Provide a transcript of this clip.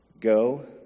go